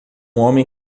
homem